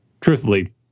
truthfully